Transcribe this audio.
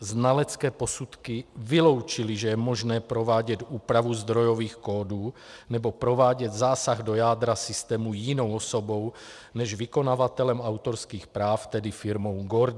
Znalecké posudky vyloučily, že je možné provádět úpravu zdrojových kódů nebo provádět zásah do jádra systému jinou osobou než vykonavatelem autorských práv, tedy firmou GORDIC.